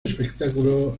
espectáculo